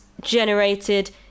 generated